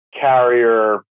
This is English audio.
carrier